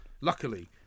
Luckily